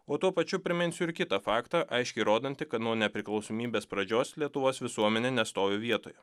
o tuo pačiu priminsiu ir kitą faktą aiškiai rodantį kad nuo nepriklausomybės pradžios lietuvos visuomenė nestovi vietoje